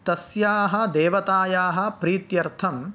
तस्याः देवतायाः प्रीत्यर्थं